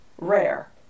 rare